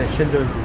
hundred